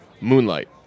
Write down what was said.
Moonlight